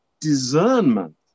discernment